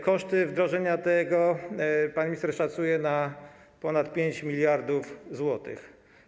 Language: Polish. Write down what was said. Koszty wdrożenia tego pan minister szacuje na ponad 5 mld zł.